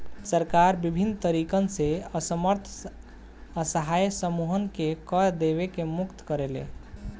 सरकार बिभिन्न तरीकन से असमर्थ असहाय समूहन के कर देवे से मुक्त करेले